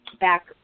back